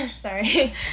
sorry